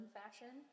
fashion